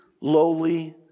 lowly